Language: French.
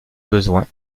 besoin